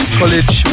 college